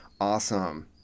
Awesome